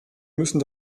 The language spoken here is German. müssen